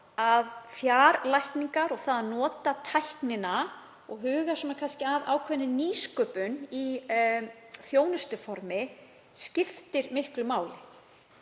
að fjarlækningar og það að nota tæknina og huga kannski að ákveðinni nýsköpun í þjónustuformi skiptir miklu máli.